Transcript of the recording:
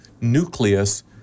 nucleus